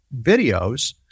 videos